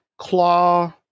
Claw